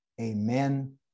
Amen